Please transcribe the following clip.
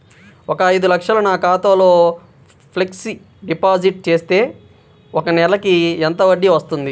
ఒక ఐదు లక్షలు నా ఖాతాలో ఫ్లెక్సీ డిపాజిట్ చేస్తే ఒక నెలకి ఎంత వడ్డీ వర్తిస్తుంది?